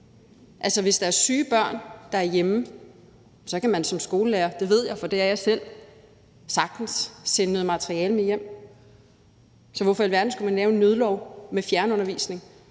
Hvis der er syge børn, der er hjemme, kan man som skolelærer – det ved jeg, for det er jeg selv – sagtens sende noget materiale hjem. Så hvorfor i alverden skulle man lave en nødlov med fjernundervisning,